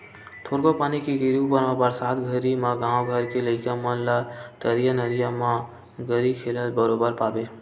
थोरको पानी के गिरे ऊपर म बरसात घरी म गाँव घर के लइका मन ला तरिया नदिया म गरी खेलत बरोबर पाबे